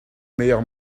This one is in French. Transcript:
meilleur